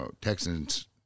Texans